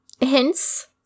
hints